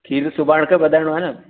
खीर सुभाणे खां वधाइणो आहे न